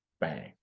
bang